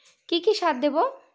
কি কি সার দেবো?